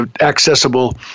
accessible